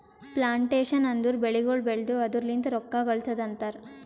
plantation ಅಂದುರ್ ಬೆಳಿಗೊಳ್ ಬೆಳ್ದು ಅದುರ್ ಲಿಂತ್ ರೊಕ್ಕ ಗಳಸದ್ ಅಂತರ್